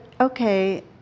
okay